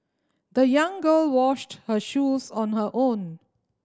the young girl washed her shoes on her own